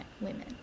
women